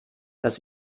dass